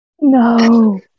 No